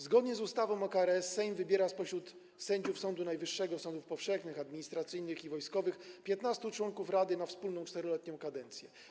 Zgodnie z ustawą o KRS Sejm wybiera spośród sędziów Sądu Najwyższego, sądów powszechnych, administracyjnych i wojskowych 15 członków rady na czteroletnią kadencję.